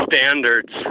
standards